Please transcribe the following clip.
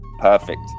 Perfect